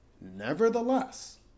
nevertheless